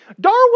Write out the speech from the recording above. Darwin